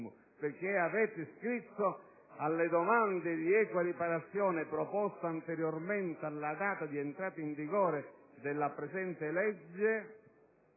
perché avete scritto: «Alle domande di equa riparazione proposte anteriormente alla data di entrata in vigore della presente legge